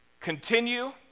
continue